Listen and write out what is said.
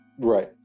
Right